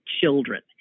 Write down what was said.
children